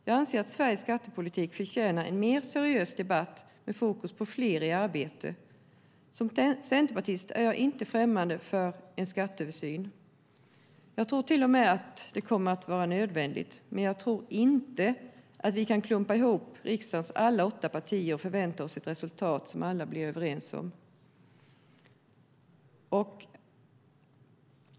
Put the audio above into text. Jag anser att Sveriges skattepolitik en mer seriös debatt med fokus på fler i arbete. Som centerpartist är jag inte främmande för en skatteöversyn. Jag tror till och med att det kommer att vara nödvändigt, men jag tror inte att vi kan klumpa ihop riksdagens alla åtta partier och förvänta oss ett resultat som alla är överens om.